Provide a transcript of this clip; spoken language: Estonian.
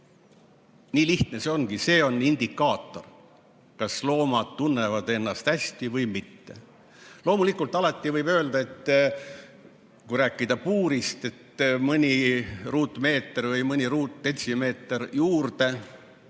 Nii lihtne see ongi! See on indikaator, mis näitab, kas loomad tunnevad ennast hästi või mitte. Loomulikult võib alati öelda, kui rääkida puurist, et mõni ruutmeeter või mõni ruutdetsimeeter juurde